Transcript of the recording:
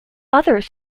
others